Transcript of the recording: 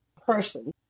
person